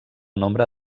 nombre